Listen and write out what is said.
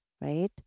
right